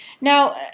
Now